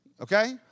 Okay